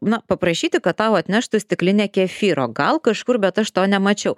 na paprašyti kad tau atneštų stiklinę kefyro gal kažkur bet aš to nemačiau